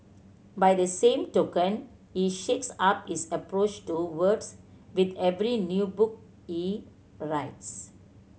by the same token he shakes up his approach to words with every new book he writes